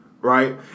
Right